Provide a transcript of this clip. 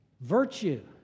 virtue